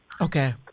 Okay